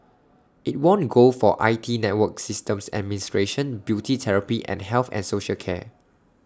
IT won gold for I T network systems administration beauty therapy and health and social care